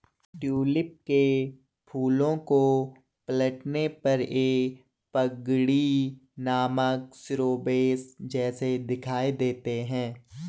tulip के फूलों को पलटने पर ये पगड़ी नामक शिरोवेश जैसे दिखाई देते हैं